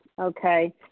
Okay